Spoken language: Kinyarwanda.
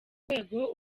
rwego